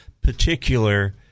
particular